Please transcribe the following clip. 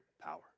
power